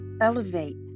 elevate